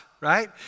right